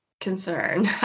concern